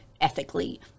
ethically